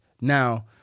Now